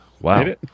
Wow